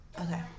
Okay